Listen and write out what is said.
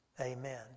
Amen